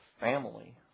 family